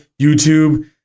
YouTube